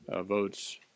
votes